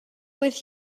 with